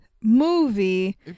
movie